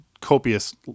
copious